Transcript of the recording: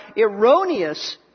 erroneous